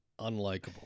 unlikable